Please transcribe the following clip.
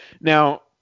Now